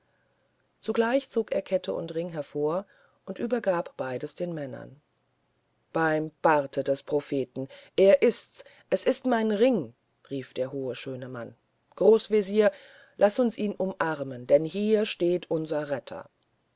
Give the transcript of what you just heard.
zugleich zog er kette und ring hervor und übergab beides den männern beim bart des propheten er ist's es ist mein ring rief der hohe schöne mann großwesir laß uns ihn umarmen denn hier steht unser retter